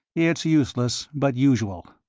it's useless but usual.